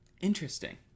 Interesting